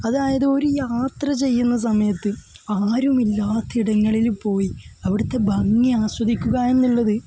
അതായത് ഒരു യാത്ര ചെയ്യുന്ന സമയത്ത് ആരും ഇല്ലാത്ത ഇടങ്ങളിൽ പോയി അവിടുത്തെ ഭംഗി ആസ്വദിക്കുക എന്നുള്ളത്